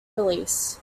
release